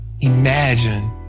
Imagine